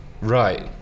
Right